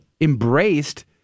embraced